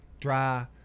Dry